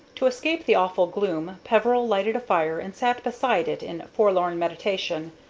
to escape the awful gloom, peveril lighted a fire and sat beside it in forlorn meditation,